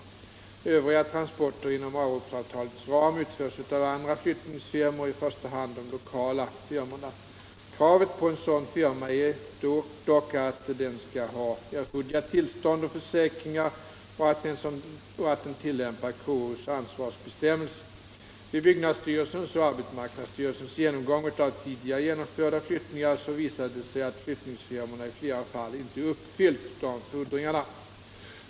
Övriga Om åtgärder för transporter inom avropsavtalets ram utförs av andra flyttningsfirmor —= ökad konkurrens i första hand de lokala flyttningsfirmorna. Kravet på en sådan firma är mellan möbeltransdock att den skall ha erforderliga tillstånd och försäkringar och att den = portföretag tillämpar KO:s ansvarsbestämmelser. Vid byggnadsstyrelsens och arbetsmarknadsstyrelsens genomgång av tidigare genomförda flyttningar visade det sig att flyttningsfirmorna i flera fall inte uppfyllt dessa fordringar.